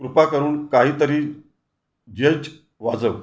कृपा करून काही तरी जज वाजव